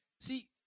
See